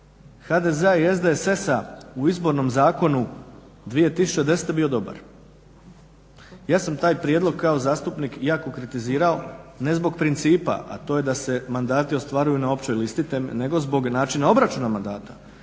HDZ-a i SDSS-a u izbornom zakonu 2010. bio dobar. Ja sam taj prijedlog kao zastupnik jako kritizirao, ne zbog principa a to je da se mandati ostvaruju na općoj listi, nego zbog načina obračuna mandata.